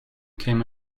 came